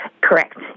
correct